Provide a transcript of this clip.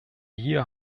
hier